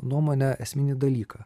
nuomone esminį dalyką